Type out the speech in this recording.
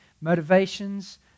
motivations